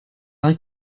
like